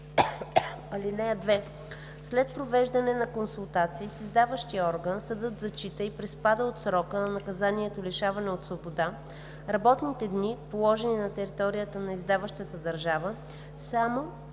(2) След провеждане на консултации с издаващия орган съдът зачита и приспада от срока на наказанието лишаване от свобода работните дни, положени на територията на издаващата държава, само